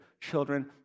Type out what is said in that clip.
children